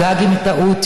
גם אם טעות,